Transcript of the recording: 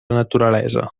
naturalesa